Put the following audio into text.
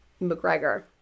McGregor